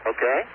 Okay